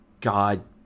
God